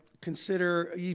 consider